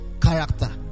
character